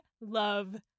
love